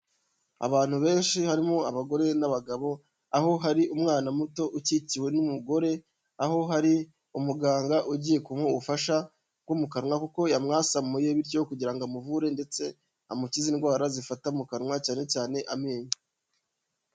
Abantu benshi harimo abagore n'abagabo, aho hari umwana muto ukikiwe n'umugore, aho hari umuganga ugiye kumuha ubufasha bwo mu kanwa kuko yamwasamuye bityo kugira ngo amuvure ndetse amukize indwara zifata mu kanwa cyane cyane amenyo.